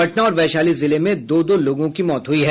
पटना और वैशाली जिले में दो दो लोगों की मौत हुई है